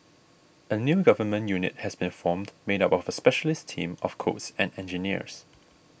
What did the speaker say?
a new government unit has been formed made up of a specialist team of codes and engineers